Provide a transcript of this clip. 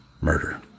Murder